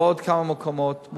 ואני מודע ללחצים על עוד כמה מקומות,